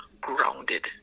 grounded